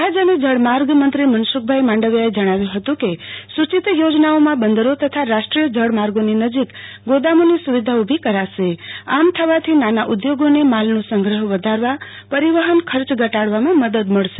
જહાજ અને જળમાર્ગ મંત્રી મનસુખભાઇ માંડવીયાએ જણાવ્યું હતું કેસુચિત યોજનામાં બંદરો તથા રાષ્ટ્રીય જળમાર્ગોની નજીક ગોદામોની સુવિધા ઉભી કરાશે આમ થવાથી નાના ઉદ્યોગોને માલનો સંગ્રહ વધારવા પરીવહન ખર્ચ ઘટાડવામાં મદદ મળશે